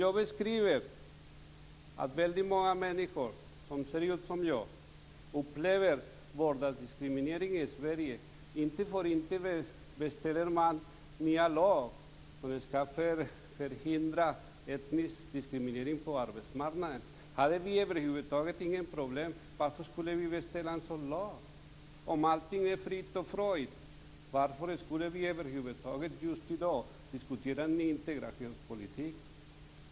Jag beskriver att väldigt många människor som ser ut som jag upplever vardagsdiskriminering i Sverige. Inte för inte beställer man en ny lag för att förhindra etnisk diskriminering på arbetsmarknaden. Om vi över huvud taget inte hade några problem, varför skulle vi då beställa en sådan lag? Om allting är frid och fröjd, varför skulle vi då just i dag diskutera integrationspolitik?